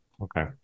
Okay